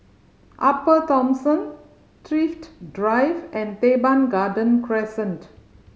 Upper Thomson Thrift Drive and Teban Garden Crescent